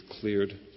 cleared